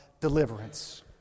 deliverance